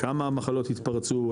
כמה מחלות התפרצו?